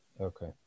Okay